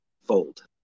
fold